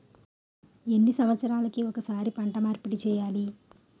ఎన్ని సంవత్సరాలకి ఒక్కసారి పంట మార్పిడి చేయాలి?